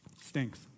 stinks